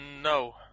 No